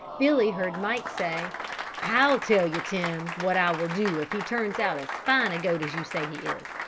billy heard mike say i tell you, tim, what i will do if he turns out as fine a goat as you say he is.